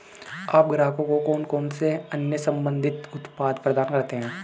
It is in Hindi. आप ग्राहकों को कौन से अन्य संबंधित उत्पाद प्रदान करते हैं?